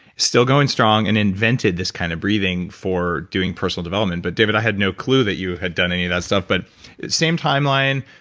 still going strong and invented this kind of breathing for doing personal development. but david, i had no clue that you had done any of that stuff but same timeline,